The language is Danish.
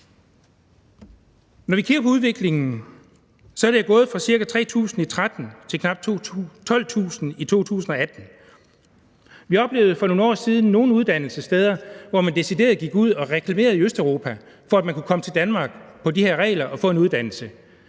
Når vi kigger på udviklingen, er det gået fra ca. 3.000 i 2013 til knap 12.000 i 2018. Vi oplevede for nogle år siden nogle uddannelsessteder, hvor man decideret gik ud og reklamerede i Østeuropa for, at man kunne komme til Danmark på de her regler og få en uddannelse.